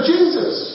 Jesus